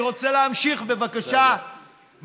אני רוצה להמשיך, בבקשה.